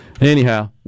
anyhow